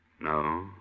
No